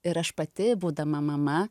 ir aš pati būdama mama